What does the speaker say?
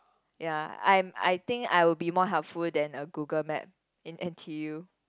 ya I'm I think I will be more helpful than a Google Map in N_T_U